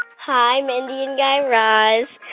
hi, mindy and guy raz.